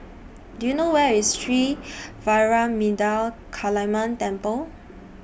Do YOU know Where IS Sri Vairavimada Kaliamman Temple